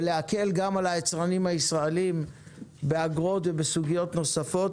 ולהקל גם על היצרנים הישראלים באגרות ובסוגיות נוספות.